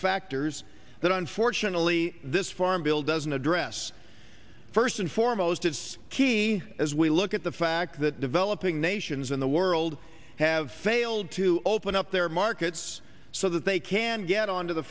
factors that unfortunately this farm bill doesn't address first and foremost it's key as we look at the fact that developing nations in the world have failed to open up their markets so that they can get on to the